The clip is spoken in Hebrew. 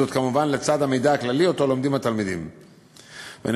כמובן לצד המידע הכללי שהתלמידים לומדים.